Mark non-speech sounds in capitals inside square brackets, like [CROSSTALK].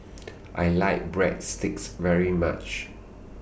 [NOISE] I like Breadsticks very much